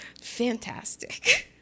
fantastic